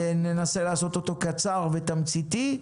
וננסה לעשות אותו קצר ותמציתי,